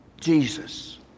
Jesus